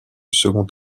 second